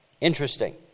Interesting